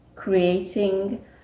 Creating